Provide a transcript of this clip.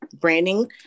branding